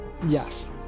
Yes